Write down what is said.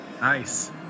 nice